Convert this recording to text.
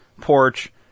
porch